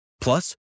Plus